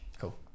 Cool